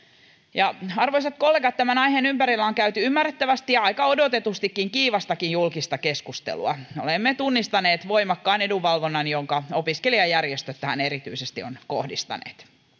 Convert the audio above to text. arvoisat kollegat tämän aiheen ympärillä on käyty ymmärrettävästi ja aika odotetustikin kiivastakin julkista keskustelua olemme tunnistaneet voimakkaan edunvalvonnan jonka opiskelijajärjestöt tähän erityisesti ovat kohdistaneet